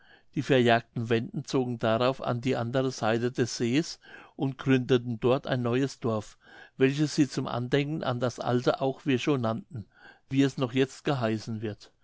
die verjagten wenden zogen darauf an die andere seite des sees und gründeten dort ein neues dorf welches sie zum andenken an das alte auch wirchow nannten wie es noch jetzt geheißen wird